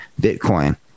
Bitcoin